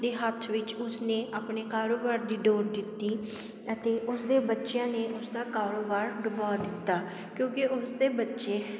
ਹੱਥ ਵਿੱਚ ਉਸਨੇ ਆਪਣੇ ਕਾਰੋਬਾਰ ਦੀ ਡੋਰ ਦਿੱਤੀ ਅਤੇ ਉਸਦੇ ਬੱਚਿਆਂ ਨੇ ਉਸਦਾ ਕਾਰੋਬਾਰ ਡੁਬਾ ਦਿੱਤਾ ਕਿਉਂਕਿ ਉਸ ਦੇ ਬੱਚੇ